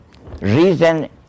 reason